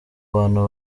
bantu